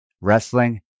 wrestling